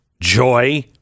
joy